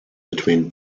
between